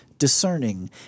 discerning